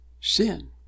sin